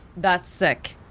that's sick